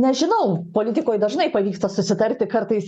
nežinau politikoj dažnai pavyksta susitarti kartais